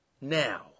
now